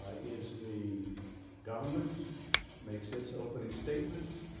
ah is the government makes its opening statement,